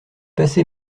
passé